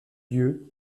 lieu